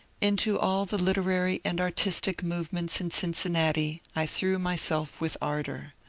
into all the literary and artistic movements in cincinnati i threw myself with ardour.